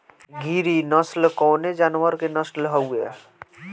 गिरी नश्ल कवने जानवर के नस्ल हयुवे?